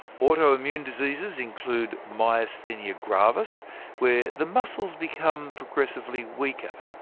autoimmune diseases include myasthenia gravis where the muscles become progressively weaker,